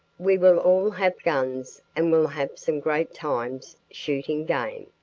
we will all have guns and will have some great times shooting game.